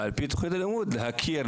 ועל פי תוכנית הלימוד להכיר,